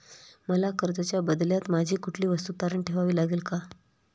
मला कर्जाच्या बदल्यात माझी कुठली वस्तू तारण ठेवावी लागेल का?